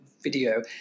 video